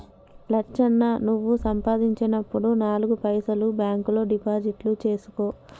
లచ్చన్న నువ్వు సంపాదించినప్పుడు నాలుగు పైసలు బాంక్ లో డిపాజిట్లు సేసుకో